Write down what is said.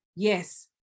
Yes